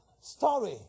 story